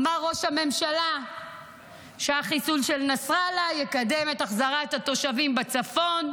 אמר ראש הממשלה שהחיסול של נסראללה יקדם את החזרת התושבים בצפון,